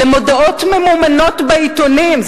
למודעות ממומנות בעיתונים,